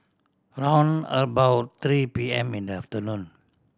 round about three P M in the afternoon